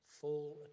full